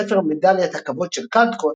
ספר מדליית הכבוד של קלדקוט,